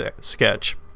sketch